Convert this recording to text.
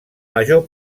major